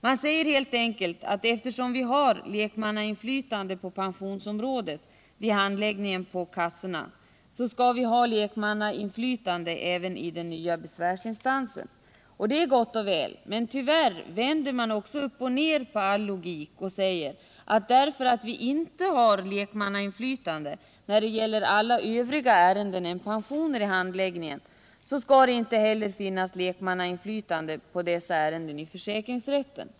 Man säger helt enkelt att eftersom vi har lekmannainflytande på pensionsområdet vid handläggningen av kassorna, skall vi ha lekmannainflytande även i den nya besvärsinstansen. Och det är gott och väl, men tyvärr vänder man också upp och ner på all logik och säger: Därför att vi inte har lek mannainflytande när det gäller alla övriga ärenden än pensioner i handläggningen, så skall det inte heller finnas lekmannainflytande på dessa ärenden i försäkringsrätten.